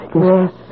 Yes